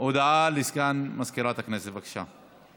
הודעה לסגן מזכירת הכנסת, בבקשה.